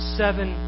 seven